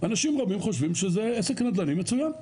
אנשים רבים חושבים שזה עסק נדל"ני מצוין,